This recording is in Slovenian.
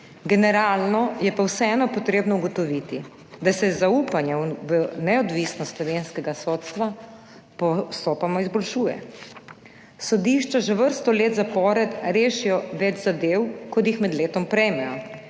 generalno je pa vseeno potrebno ugotoviti, da se zaupanje v neodvisnost slovenskega sodstva postopoma izboljšuje. Sodišča že vrsto let zapored rešijo več zadev, kot jih med letom prejmejo,